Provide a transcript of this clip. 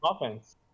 offense